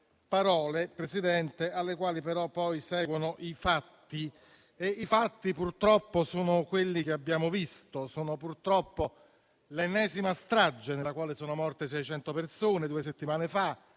A queste parole, però, poi seguono i fatti, che purtroppo sono quelli che abbiamo visto. Sono purtroppo l'ennesima strage nella quale sono morte 600 persone due settimane fa